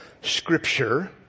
Scripture